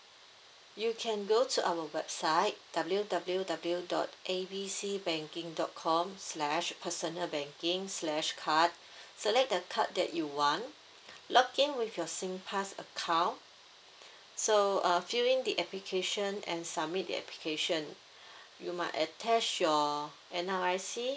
you can go to our website W W W dot A B C banking dot com slash personal banking slash card select the card that you want log in with your singpass account so uh fill in the application and submit the application you might attach your N_R_I_C